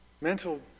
mental